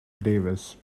davis